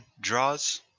draws